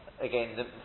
again